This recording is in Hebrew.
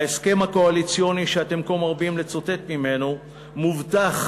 בהסכם הקואליציוני שאתם כה מרבים לצטט ממנו מובטח